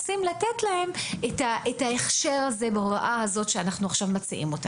רוצים לתת להם את ההכשר הזה בהוראה שאנחנו מציעים עכשיו.